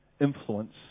influence